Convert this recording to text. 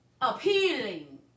appealing